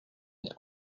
mais